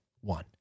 one